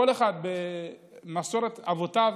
כל אחד במסורת אבותיו,